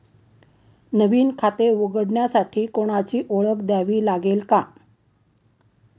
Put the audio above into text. नवीन खाते उघडण्यासाठी कोणाची ओळख द्यावी लागेल का?